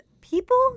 people